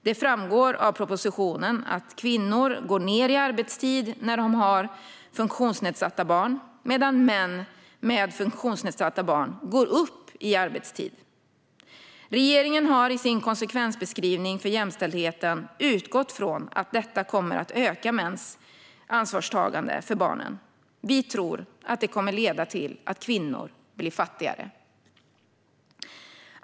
Det framgår av propositionen att kvinnor går ned i arbetstid när de har funktionsnedsatta barn, medan män med funktionsnedsatta barn går upp i arbetstid. Regeringen har i sin konsekvensbeskrivning för jämställdheten utgått från att detta kommer att öka mäns ansvarstagande för barnen. Vi tror att det kommer att leda till att kvinnor blir fattigare.